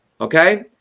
okay